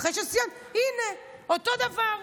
הינה, אותו דבר.